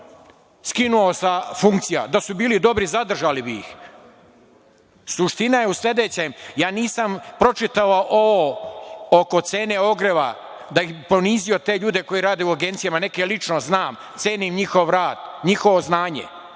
skinuo sa funkcija, a da su bili dobri, zadržali bi ih. Suština je u sledećem – ja nisam pročitao ovo oko cene ogreva da bih ponizio te ljude koji rade u Agencijama, neke lično znam, cenim njihov rad, njihovo znanje,